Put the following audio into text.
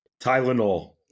Tylenol